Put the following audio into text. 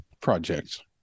projects